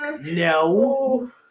No